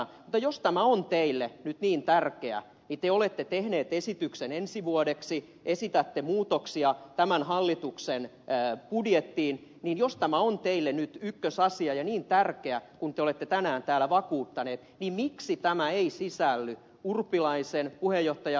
mutta jos tämä on teille nyt niin tärkeä te olette tehneet esityksen ensi vuodeksi esitätte muutoksia tämän hallituksen budjettiin jos tämä on teille nyt ykkösasia ja niin tärkeä kuin te olette tänään täällä vakuuttaneet niin miksi tämä ei sisälly puheenjohtaja ed